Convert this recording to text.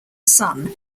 son